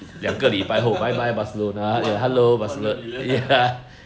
two hundred two hundred million ah